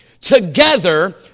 together